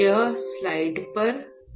यहां स्लाइड पर देखते हैं